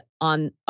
on